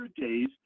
days